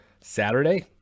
Saturday